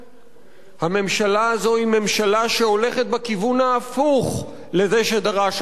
הממשלה הזו היא ממשלה שהולכת בכיוון ההפוך לזה שדרש העם בישראל.